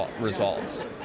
results